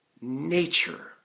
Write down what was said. nature